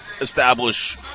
establish